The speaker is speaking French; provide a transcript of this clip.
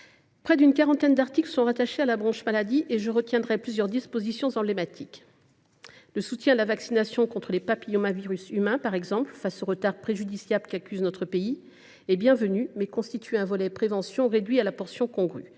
Près d’une quarantaine d’articles sont rattachés à la branche maladie. Je retiendrai plusieurs dispositions emblématiques. Le soutien à la vaccination contre les papillomavirus humains, par exemple, face au retard préjudiciable qu’accuse notre pays, est bienvenu, mais il constitue un volet de prévention réduit à la portion congrue,